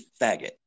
faggot